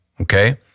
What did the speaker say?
okay